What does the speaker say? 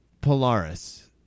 Polaris